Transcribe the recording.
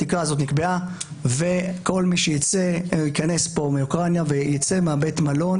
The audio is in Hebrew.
התקרה הזאת נקבעה וכל מי שייכנס מאוקראינה ויצא מבית המלון,